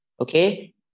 okay